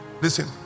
listen